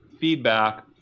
feedback